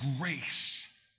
grace